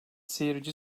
seyirci